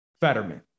Fetterman